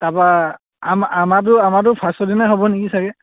তাৰপৰা আমা আমাৰতো আমাৰতো ফাৰ্ষ্টৰ দিনাই হ'ব নেকি চাগে